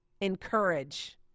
Encourage